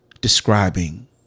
describing